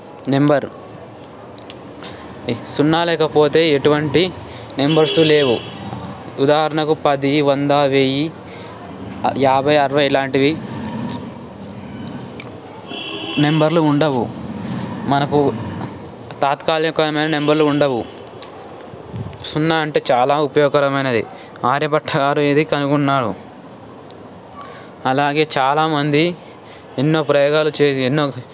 number సున్నా లేకపోతే ఎటువంటి నెంబర్స్ లేవు ఉదాహరణకు పది వంద వెయ్యి యాభై అరవై ఇలాంటివి నెంబర్లు ఉండవు మనకు తాత్కాలికమైన నెంబర్లు ఉండవు సున్నా అంటే చాలా ఉపయోగకరమైనది ఆర్యభట్ట గారు ఇది కనుగొన్నారు అలాగే చాలామంది ఎన్నో ప్రయోగాలు చేసి ఎన్నో